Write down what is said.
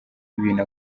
ibintu